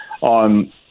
on